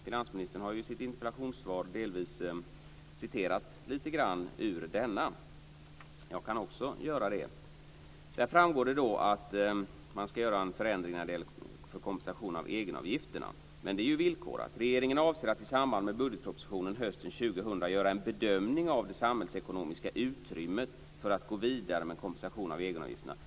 Finansministern har i sitt interpellationssvar delvis citerat ur denna. Jag kan också göra det. Där framgår att man ska kompensera för egenavgifterna, men det är ju villkorat: "Regeringen avser att i samband med budgetpropositionen hösten 2000 göra en bedömning av det samhällsekonomiska utrymmet för att bl.a. gå vidare med kompensation av egenavgifterna."